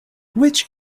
which